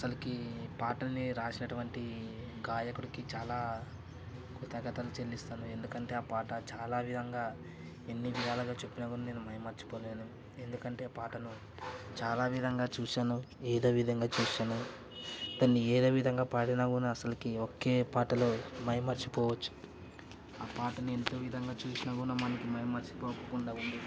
అసలకి ఈ పాటల్ని రాసినటువంటి గాయకుడికి చాలా కృతజ్ఞతలు చెల్లిస్తాను ఎందుకంటే ఆ పాట చాలా విధంగా ఎన్ని విధాలుగా చెప్పినా కూడా నేను మైమర్చిపోలేను ఎందుకంటే ఆ పాటను చాలా విధంగా చూశాను ఏదో విధంగా చూస్తాను దాన్ని ఏదో విధంగా పాడిన కూడా అసలకి ఒకే పాటలో మైమరచిపోవచ్చు ఆ పాటని ఎంతో విధంగా చూసినా కూడా మనకి మై మర్చిపోకుండా